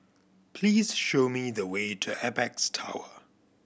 please show me the way to Apex Tower